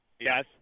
Yes